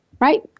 Right